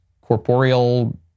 corporeal